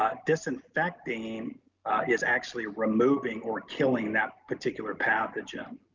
ah disinfecting is actually removing or killing that particular pathogen.